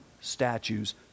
statues